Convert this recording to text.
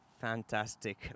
fantastic